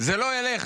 זה לא ילך.